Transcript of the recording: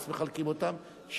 מחלקים אותם,